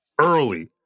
early